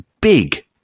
big